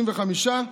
35,